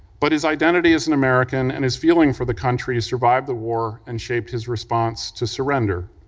but his identity as an american and his feeling for the country survived the war and shaped his response to surrender.